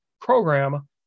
program